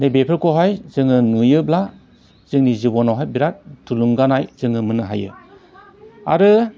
नै बेफोरखौहाय जोङो नुयोब्ला जोंनि जिबनावहाय बिराद थुलुंगानाय जोङो मोननो हायो आरो